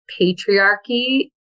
patriarchy